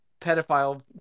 pedophile